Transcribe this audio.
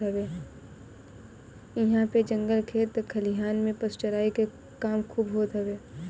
इहां पे जंगल खेत खलिहान में पशु चराई के काम खूब होत हवे